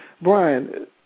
Brian